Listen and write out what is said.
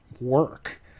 work